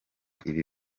ibi